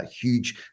huge